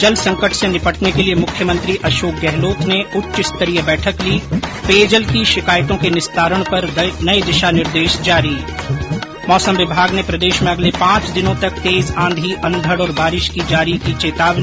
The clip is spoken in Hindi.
जल संकट से निपटने के लिए मुख्यमंत्री अशोक गहलोत ने उच्च स्तरीय बैठक ली पेयजल की शिकायतों के निस्तारण पर नये दिशा निर्देश जारी मौसम विभाग ने प्रदेश में अगले पांच दिनों तक तेज आंधी अंधड और बारिश की जारी की चेतावनी